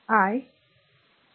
I आय r कॉल IC